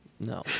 No